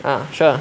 ah sure